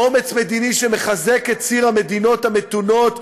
אומץ מדיני שמחזק את ציר המדינות המתונות,